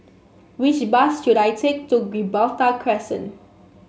which bus should I take to Gibraltar Crescent